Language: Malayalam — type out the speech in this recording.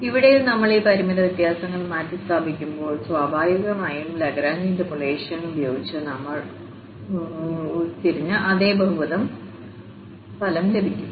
ഇവിടെയും നമ്മൾ ഈ പരിമിത വ്യത്യാസങ്ങൾ മാറ്റിസ്ഥാപിക്കുമ്പോൾ സ്വാഭാവികമായും ലാഗ്രാഞ്ച് ഇന്റർപോളേഷൻ ഉപയോഗിച്ച് നമ്മൾ ഉരുത്തിരിഞ്ഞ അതേ ബഹുപദമായ ഫലം ലഭിക്കും